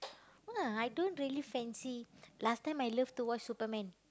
ah I don't really fancy last time I loved to watch Superman